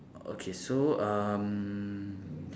okay so um